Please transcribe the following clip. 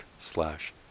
slash